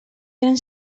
eren